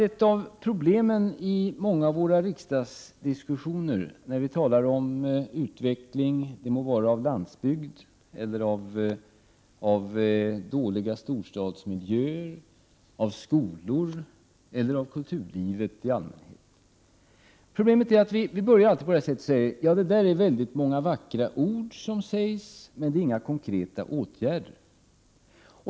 Ett av problemen i många av våra riksdagsdiskussioner, när vi talar om utveckling — det må vara av landsbygd eller av dåliga storstadsmiljöer, av skolor eller av kulturlivet i allmänhet — är att man alltid börjar så här: Det är många vackra ord som sägs, men inga konkreta åtgärder.